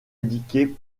indiqué